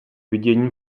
vidění